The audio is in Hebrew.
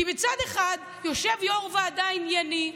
כי מצד אחד יושב יו"ר ועדה ענייני,